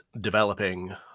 developing